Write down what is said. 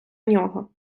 його